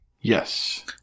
Yes